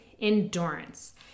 Endurance